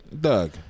Doug